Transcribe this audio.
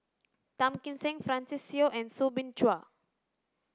Tan Kim Seng Francis Seow and Soo Bin Chua